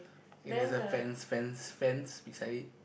if there's a fence fence fence beside it